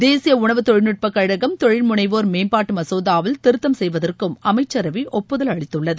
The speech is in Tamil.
தேசிய உணவுத் தொழில்நுட்பக்கழகம் தொழில் முனைவோர் மேம்பாட்டு மசோதாவில் திருத்தம் செய்வதற்கும் அமைச்சரவை ஒப்புதல் அளித்துள்ளது